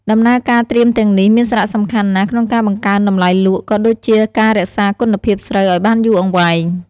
ដំណើរការត្រៀមទាំងនេះមានសារៈសំខាន់ណាស់ក្នុងការបង្កើនតម្លៃលក់ ក៏ដូចជាការរក្សាគុណភាពស្រូវឲ្យបានយូរអង្វែង។